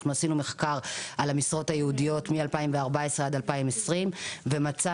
עשינו מחקר על המשרות הייעודיות מ-2014-2020 ומצאנו